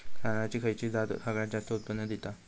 तांदळाची खयची जात सगळयात जास्त उत्पन्न दिता?